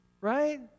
right